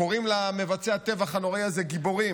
הם קוראים למבצעי הטבח הנורא הזה "גיבורים",